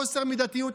חוסר מידתיות,